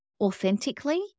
authentically